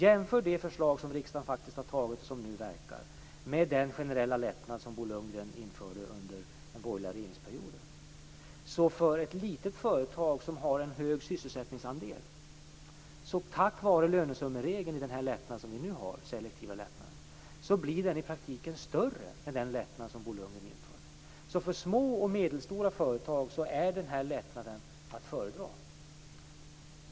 Jämför det förslag som riksdagen faktiskt har fattat beslut om och som nu verkar med den generella lättnad som Bo Lundgren införde under den borgerliga regeringsperioden. Ta ett litet företag som har en hög sysselsättningsandel. Tack vare lönesummeregeln i den selektiva lättnad som vi nu har blir lättnaden i praktiken större än den lättnad som Bo Lundgren införde. För små och medelstora företag är den lättnaden att föredra.